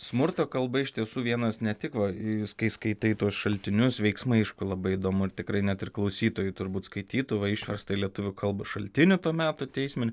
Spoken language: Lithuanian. smurto kalba iš tiesų vienas ne tik va kai skaitai tuos šaltinius veiksmai aišku labai įdomu ir tikrai net ir klausytojai turbūt skaitytų va išverstą į lietuvių kalbą šaltinių to meto teisminį